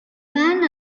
man